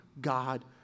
God